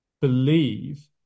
believe